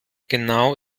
genau